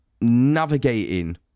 navigating